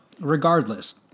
regardless